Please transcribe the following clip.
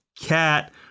cat